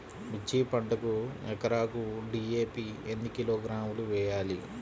మిర్చి పంటకు ఎకరాకు డీ.ఏ.పీ ఎన్ని కిలోగ్రాములు వేయాలి?